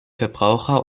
verbraucher